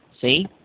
See